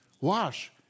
Wash